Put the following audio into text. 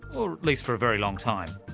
or at least for a very long time.